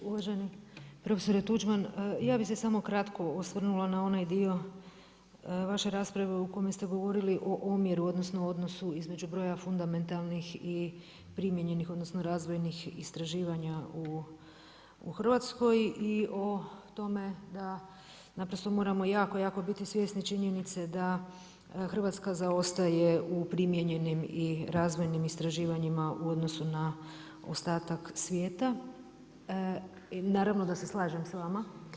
Uvaženi profesore Tuđman, ja bih se samo kratko osvrnula na onaj dio vaše rasprave u kome ste govorili o omjeru odnosno odnosu između broja fundamentalnih i primijenjenih odnosno razvojnih istraživanja u Hrvatskoj i o tome da naprosto moramo jako, jako biti svjesni činjenice da Hrvatska zaostaje u primijenjenim i razvojnim istraživanjima u odnosnu na ostatak svijeta i naravno da se slažem s vama.